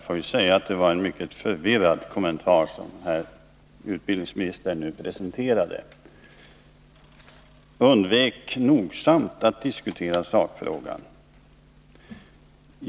Herr talman! Det var en mycket förvirrad kommentar som utbildningsministern nu presenterade! Han undvek nogsamt att diskutera sakfrågan.